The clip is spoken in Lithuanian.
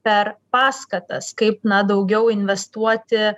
per paskatas kaip na daugiau investuoti